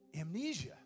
amnesia